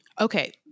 Okay